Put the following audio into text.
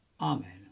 Amen